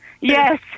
yes